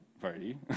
party